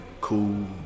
cool